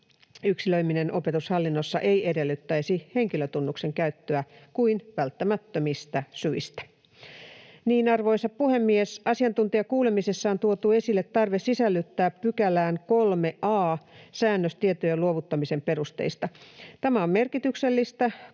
yksilöiminen opetushallinnossa ei edellyttäisi henkilötunnuksen käyttöä kuin välttämättömistä syistä. Arvoisa puhemies! Asiantuntijakuulemisessa on tuotu esille tarve sisällyttää 3 a §:ään säännös tietojen luovuttamisen perusteista. Tämä on merkityksellistä,